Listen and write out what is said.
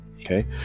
Okay